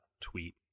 tweet